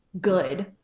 good